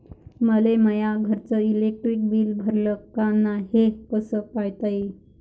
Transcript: मले माया घरचं इलेक्ट्रिक बिल भरलं का नाय, हे कस पायता येईन?